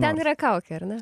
ten yra kaukė ar ne